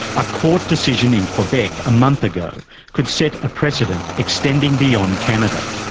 a court decision in quebec a month ago could set a precedent extending beyond canada.